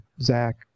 Zach